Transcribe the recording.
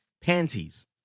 panties